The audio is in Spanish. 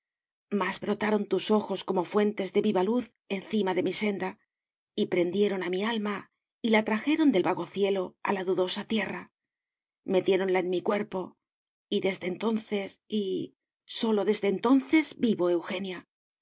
mas brotaron tus ojos como fuentes de viva luz encima de mi senda y prendieron a mi alma y la trajeron del vago cielo a la dudosa tierra metiéronla en mi cuerpo y desde entonces y sólo desde entonces vivo eugenia